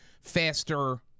faster